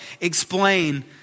explain